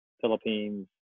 Philippines